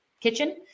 kitchen